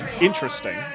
interesting